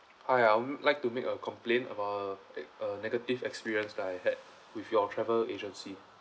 hi I would like to make a complaint about uh negative experience that I had with your travel agency